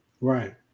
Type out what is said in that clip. Right